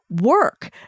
work